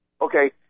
okay